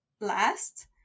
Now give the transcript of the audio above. last